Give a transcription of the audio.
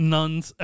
Nuns